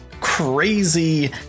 crazy